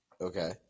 Okay